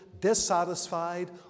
dissatisfied